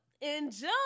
enjoy